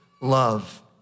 love